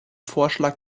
vorschlag